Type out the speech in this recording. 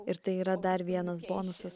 ir tai yra dar vienas bonusas